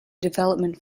development